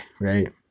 right